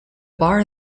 bar